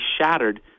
shattered